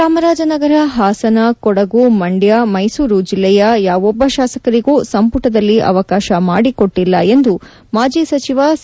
ಚಾಮರಾಜನಗರ ಹಾಸನ ಕೊಡಗು ಮಂಡ್ಯ ಮೈಸೂರು ಜಿಲ್ಲೆಯ ಯಾವೊಬ್ಬ ಶಾಸಕರಿಗೂ ಸಂಪುಟದಲ್ಲಿ ಅವಕಾಶ ಮಾಡಿಕೊಟ್ಟಿಲ್ಲ ಎಂದು ಮಾಜಿ ಸಚಿವ ಸಾ